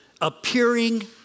appearing